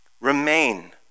Remain